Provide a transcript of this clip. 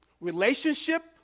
Relationship